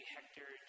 Hector